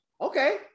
okay